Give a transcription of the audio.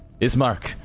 Ismark